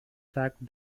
sacked